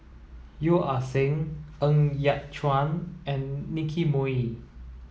Yeo Ah Seng Ng Yat Chuan and Nicky Moey